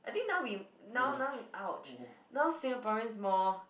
I think now we now now ouch now Singaporeans more